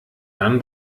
dann